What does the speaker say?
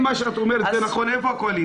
אם מה שאת אומרת הוא נכון איפה הקואליציה?